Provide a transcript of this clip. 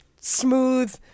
smooth